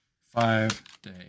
Five-day